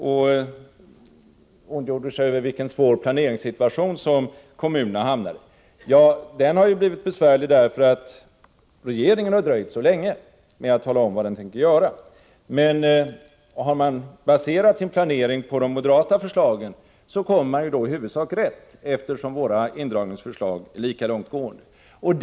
Han ondgjorde sig över vilken svår planeringssituation som kommunerna hamnar. Ja, den situationen har blivit besvärlig därför att regeringen har dröjt så länge med att tala om vad den tänker göra. Har kommunerna emellertid baserat sin planering på de moderata förslagen, kommer de i huvudsak rätt, eftersom våra indragningsförslag är lika långtgående som regeringens.